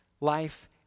Life